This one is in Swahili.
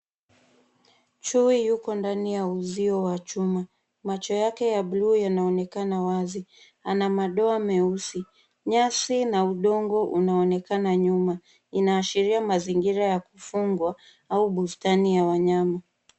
Chuo yuko ndani ya uzio wa chuma. macho yake ya bluu yanaonekana wazi. Ana madoa meusi. Nyasi na udongo inaonekana nyuma. Inaashiria mazingira ya kufungwa au bustani ya wanyama.